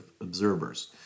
observers